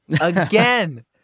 again